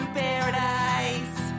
paradise